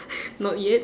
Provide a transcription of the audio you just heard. not yet